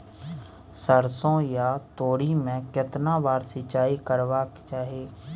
सरसो या तोरी में केतना बार सिंचाई करबा के चाही?